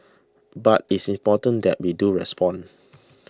but it's important that we do respond